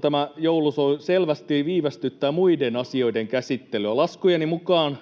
Tämä joulushow selvästi viivästyttää muiden asioiden käsittelyä. Laskujeni mukaan